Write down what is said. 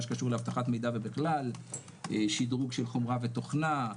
שקשור לאבטחת מידע ובכלל שדרוג של חומרה ותוכנה.